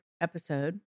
episode